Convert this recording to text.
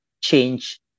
change